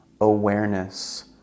awareness